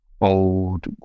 old